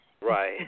right